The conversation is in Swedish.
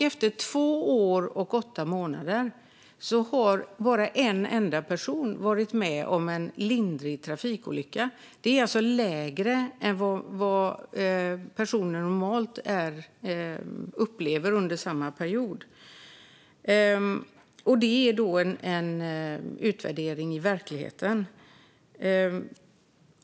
Efter två år och åtta månader är det bara en enda person som har varit med om en lindrig trafikolycka. Det är alltså mindre än vad personer normalt upplever under samma period. Denna utvärdering har gjorts i verkligheten.